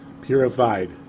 purified